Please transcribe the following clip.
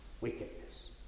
wickedness